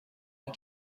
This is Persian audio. این